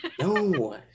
no